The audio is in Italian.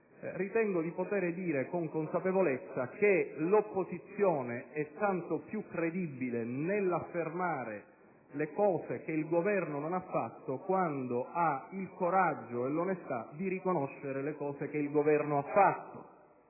ritengo di poter dire, con consapevolezza, che l'opposizione è tanto più credibile nell'affermare le cose che il Governo non ha fatto quando ha il coraggio e l'onestà di riconoscere le cose che il Governo ha fatto.